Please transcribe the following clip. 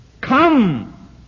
Come